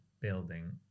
building